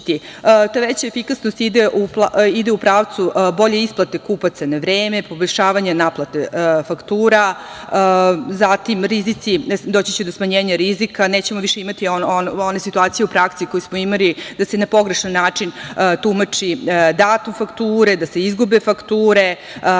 veća efikasnost ide u pravcu bolje isplate kupaca na vreme, poboljšavanje naplate faktura, zatim rizici, doći će do smanjenja rizika, nećemo više imati one situacije u praksi koje smo imali da se na pogrešan način tumači datum fakture, da se izgube fakture, da imamo problem